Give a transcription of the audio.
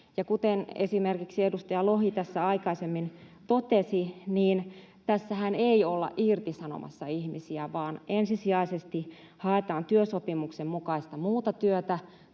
Kuten esimerkiksi edustaja Lohi aikaisemmin totesi, tässähän ei olla irtisanomassa ihmisiä, vaan ensisijaisesti haetaan työsopimuksen mukaista muuta työtä